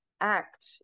act